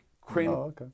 cream